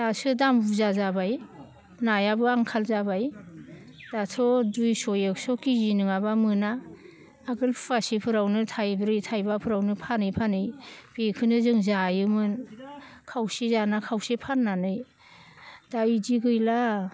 दासो दाम बुरजा जाबाय नायाबो आंखाल जाबाय दाथ' दुइस' एकस' केजि नङाब्ला मोना आगोल फवासेफोरावनो थाइब्रै थाइबाफोरावनो फानै फानै बेखोनो जों जायोमोन खावसे जाना खावसे फाननानै दा इदि गैला